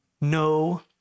No